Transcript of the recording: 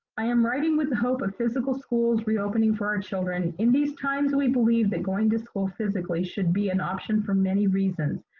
i am writing with the hope of physical schools reopening for our children, in these times, we believe that going to school physically should be an option for many reasons.